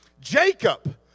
Jacob